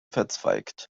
verzweigt